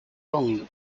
long